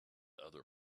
other